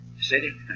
city